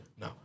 No